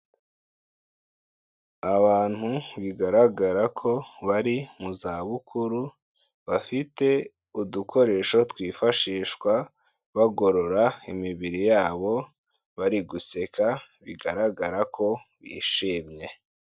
Abantu bigaragara ko bari mu zabukuru, bafite udukoresho twifashishwa bagorora imibiri yabo, bari guseka, bigaragara ko bishimye.